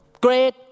great